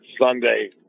Sunday